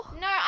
No